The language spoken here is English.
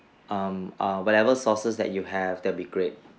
um err whatever sauces that you have that'll great